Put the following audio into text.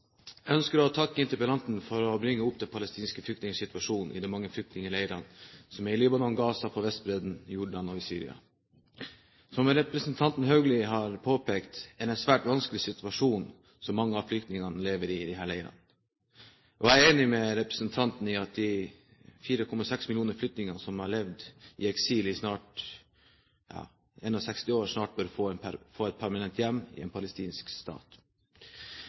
Jeg ønsker å takke interpellanten for å bringe opp de palestinske flyktningers situasjon i de mange flyktningleirer som er i Libanon, i Gaza, på Vestbredden, i Jordan og i Syria. Som representanten Haugli har påpekt, er det en svært vanskelig situasjon mange av flyktningene lever i i disse leirene. Jeg er enig med representanten i at de 4,6 millioner flyktningene som har levd i eksil snart i 6l år, snarest bør få et permanent hjem i en palestinsk stat.